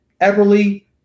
Everly